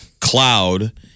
cloud